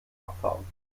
abfahren